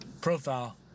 profile